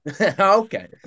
Okay